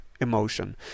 emotion